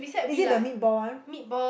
is it the meat ball one